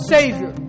Savior